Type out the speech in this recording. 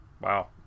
wow